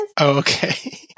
Okay